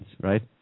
right